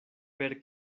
per